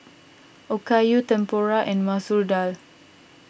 Okayu Tempura and Masoor Dal